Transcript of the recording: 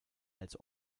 als